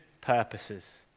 Purposes